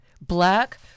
black